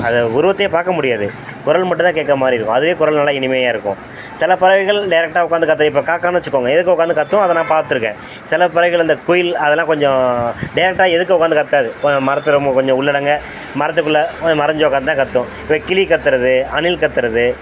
அதை உருவத்தையே பார்க்க முடியாது குரல் மட்டுந்தான் கேட்க மாதிரி இருக்கும் அதுவே குரல் நல்ல இனிமையாக இருக்கும் சில பறவைகள் டேரக்ட்டாக உட்காந்து கத்தும் இப்போ காக்கான்னு வச்சுக்கோங்க எதுர்க்க உட்காந்து கத்தும் அதை நான் பார்த்துருக்கேன் சில பறவைகள் அந்த குயில் அதெலாம் கொஞ்சம் டேரக்ட்டாக எதுர்க்க உட்காந்து கத்தாது போ மரத்தில் கொஞ்சம் உள்ளடங்க மரத்துக்குள்ள மறைஞ்சு உட்காந்து தான் கத்தும் இப்போ கிளி கத்துறது அணில் கத்துறது